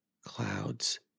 Clouds